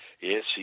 Yes